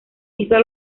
hizo